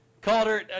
Calder